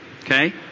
okay